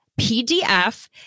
PDF